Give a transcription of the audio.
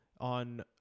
on